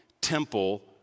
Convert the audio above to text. temple